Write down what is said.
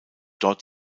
dort